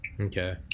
okay